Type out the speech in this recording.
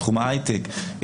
בתחום ההייטק,